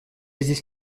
здесь